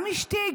גם אשתי,